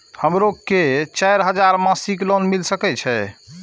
हमरो के चार हजार मासिक लोन मिल सके छे?